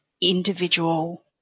individual –